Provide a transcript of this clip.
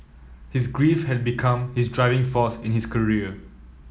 his grief had become his driving force in his career